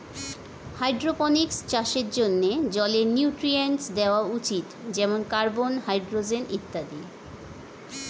hydroponics চাষের জন্যে জলে নিউট্রিয়েন্টস দেওয়া উচিত যেমন কার্বন, হাইড্রোজেন ইত্যাদি